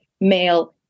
male